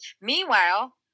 Meanwhile